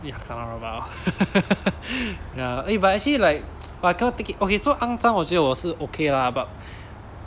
ya kena rabak ya but actually like but I cannot take it okay so 肮脏我觉得我是 okay lah but